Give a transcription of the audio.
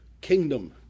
kingdom